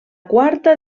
quarta